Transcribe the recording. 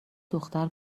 دختر